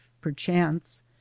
perchance